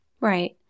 Right